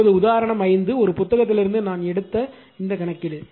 இப்போது உதாரணம் 5 ஒரு புத்தகத்திலிருந்து நான் எடுத்த இந்த கணக்கீடு